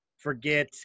Forget